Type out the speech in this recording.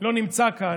לא נמצא כאן,